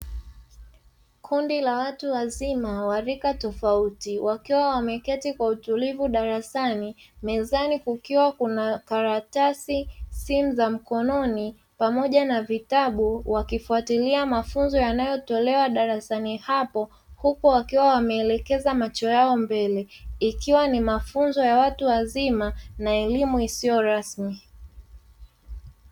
Kundi la watu wazima wa rika tofauti wakiwa wameketi kwa utulivu darasani mezani kukiwa na karatasi, simu za mkononi pamoja na vitabu, wakifuatilia mafunzo yanayotolewa darasani hapo, huku wakiwa wameelekeza macho yao mbele ikiwa ni mafunzo ya watu wazima na elimu isiyo rasmi.